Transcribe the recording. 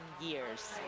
years